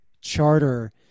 charter